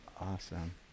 Awesome